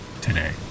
today